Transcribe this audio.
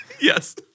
Yes